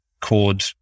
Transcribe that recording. chord